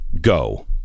go